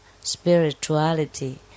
spirituality